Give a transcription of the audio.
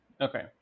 Okay